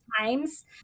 Times